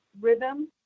rhythm